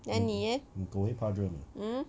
then 你 eh hmm